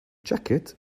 jacket